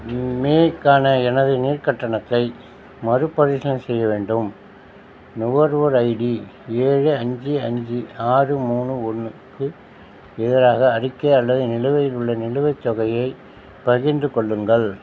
மே க்கான எனது நீர் கட்டணத்தை மறுபரிசீலனை செய்ய வேண்டும் நுகர்வோர் ஐடி ஏழு அஞ்சு அஞ்சு ஆறு மூணு ஒன்று க்கு எதிராக அறிக்கை அல்லது நிலுவையில் உள்ள நிலுவைத் தொகையை பகிர்ந்து கொள்ளுங்கள்